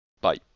Bye